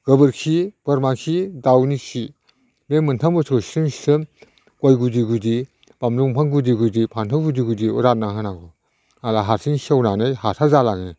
गोबोरखि बोरमाखि दाउनिखि बे मोनथाम बुस्थुखौ सिं सिं गय गुदि गुदि बानलु दंफां गुदि गुदि फान्थाव गुदि गुदियाव रानना होनांगौ आरो हारसिङै सेवनानै हासार जालाङो